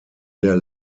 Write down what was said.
der